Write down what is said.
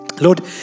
Lord